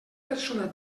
persona